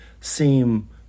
seem